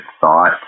thought